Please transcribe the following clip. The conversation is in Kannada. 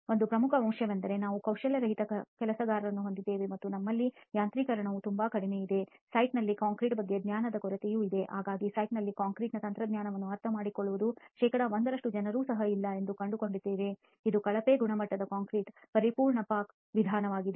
ಒಂದು ಪ್ರಮುಖ ಅಂಶವೆಂದರೆ ನಾವು ಕೌಶಲ್ಯರಹಿತ ಕೆಲಸಗಾರರನ್ನು ಹೊಂದಿದ್ದೇವೆ ಮತ್ತು ನಮ್ಮಲ್ಲಿ ಯಾಂತ್ರಿಕೀಕರಣವು ತುಂಬಾ ಕಡಿಮೆ ಇದೆ ಸೈಟ್ ನಲ್ಲಿ ಕಾಂಕ್ರೀಟ್ ಬಗ್ಗೆ ಜ್ಞಾನದ ಕೊರತೆಯೂ ಇದೆ ಆಗಾಗ್ಗೆ ಸೈಟ್ನಲ್ಲಿ ಕಾಂಕ್ರೀಟ್ ತಂತ್ರಜ್ಞಾನವನ್ನು ಅರ್ಥಮಾಡಿಕೊಳ್ಳುವ ಶೇಕಡಾ 1 ರಷ್ಟು ಜನರು ಸಹ ಇಲ್ಲ ಎಂದು ನೀವು ಕಂಡುಕೊಳ್ಳುತ್ತೀರಿ ಇದು ಕಳಪೆ ಗುಣಮಟ್ಟದ ಕಾಂಕ್ರೀಟ್ಗಾಗಿ ಪರಿಪೂರ್ಣ ಪಾಕವಿಧಾನವಾಗಲಿದೆ